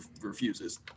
refuses